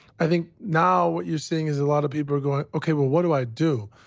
i think now, what you're seeing is a lot of people are going okay, well, what do i do.